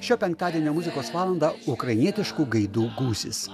šio penktadienio muzikos valandą ukrainietiškų gaidų gūsis